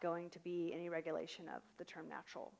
going to be any regulation of the term natural